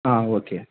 ఆ ఓకే